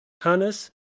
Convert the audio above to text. Hannes